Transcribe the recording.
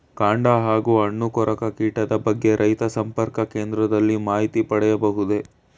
ಕಾಂಡ ಹಾಗೂ ಹಣ್ಣು ಕೊರಕ ಕೀಟದ ಬಗ್ಗೆ ರೈತ ಸಂಪರ್ಕ ಕೇಂದ್ರದಲ್ಲಿ ಮಾಹಿತಿ ಪಡೆಯಬಹುದೇ?